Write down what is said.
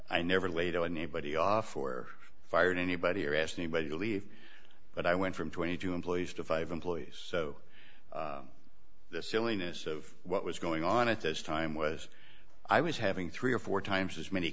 i never laid a anybody off or fired anybody or ask anybody to leave but i went from twenty two employees to five employees so the silliness of what was going on at this time was i was having three or four times as many